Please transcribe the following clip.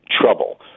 trouble